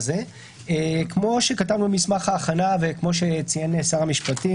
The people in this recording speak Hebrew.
כמו שכתבנו במסמך ההכנה וכמו שציין שר המשפטים,